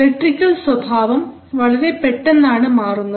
electrical സ്വഭാവം വളരെ പെട്ടെന്നാണ് മാറുന്നത്